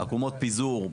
עקומות פיזור,